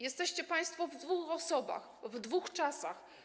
Jesteście państwo w dwóch osobach, w dwóch czasach.